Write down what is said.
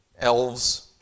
elves